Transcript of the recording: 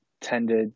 tended